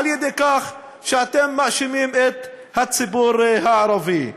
על-ידי כך שאתם מאשימים את הציבור הערבי.